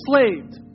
enslaved